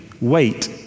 wait